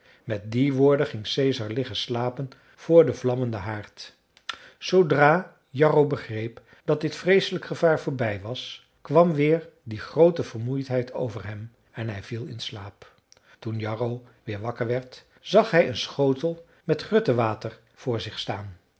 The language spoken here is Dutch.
met die woorden ging caesar liggen slapen voor den vlammenden haard zoodra jarro begreep dat dit vreeselijk gevaar voorbij was kwam weer die groote vermoeidheid over hem en hij viel in slaap toen jarro weer wakker werd zag hij een schotel met gruttewater voor zich staan